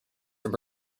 from